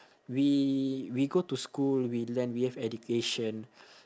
we we go to school we learn we have education